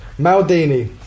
Maldini